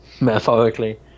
metaphorically